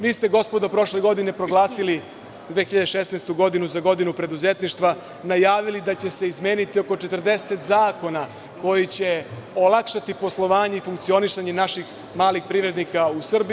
Vi ste, gospodo, prošlu godinu proglasili, 2016. godinu, za godinu preduzetništva, najavili da će se izmeniti oko 40 zakona koji će olakšati poslovanje i funkcionisanje naših malih privrednika u Srbiji.